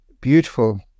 beautiful